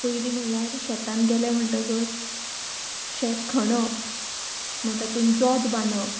पयलीं म्हणल्यार शेतान गेले म्हणटकच शेत खणप मागीर तातून जोत बांदप